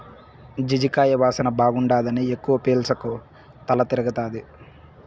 జాజికాయ వాసన బాగుండాదని ఎక్కవ పీల్సకు తల తిరగతాది